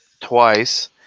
twice